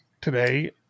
today